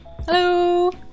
Hello